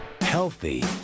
healthy